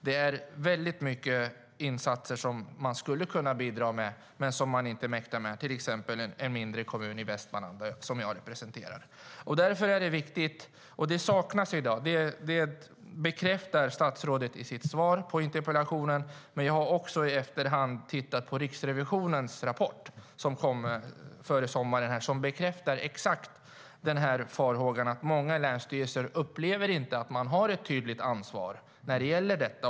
Kommuner skulle kunna bidra med väldigt mycket insatser men mäktar inte med det, till exempel en mindre kommun i Västmanland som jag representerar. I sitt svar bekräftar statsrådet att det saknas i dag. Men i efterhand har jag också tittat på Riksrevisionens rapport som kom före sommaren. Den bekräftar exakt farhågan om att många länsstyrelser inte upplever att de har ett tydligt ansvar när det gäller detta.